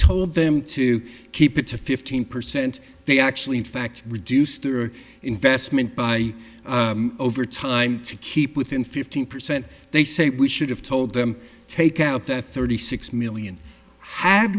told them to keep it to fifteen percent they actually in fact reduced their investment by over time to keep within fifteen percent they say we should have told them take out that thirty six million ha